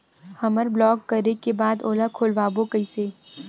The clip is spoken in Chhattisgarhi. हमर ब्लॉक करे के बाद ओला खोलवाबो कइसे?